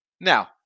Now